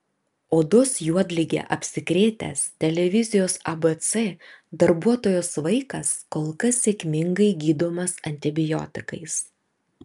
odos juodlige apsikrėtęs televizijos abc darbuotojos vaikas kol kas sėkmingai gydomas antibiotikais